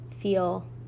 feel